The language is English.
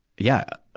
yeah.